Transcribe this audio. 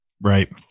Right